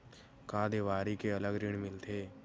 का देवारी के अलग ऋण मिलथे?